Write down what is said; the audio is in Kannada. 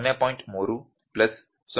3 ಪ್ಲಸ್ 0